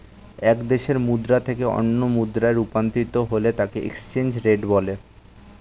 একটি দেশের মুদ্রা থেকে অন্য মুদ্রায় রূপান্তর করলে তাকেএক্সচেঞ্জ রেট বলে